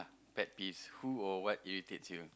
pet peeves who are what irritates you